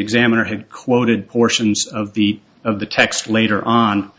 examiner had quoted portions of the of the text later on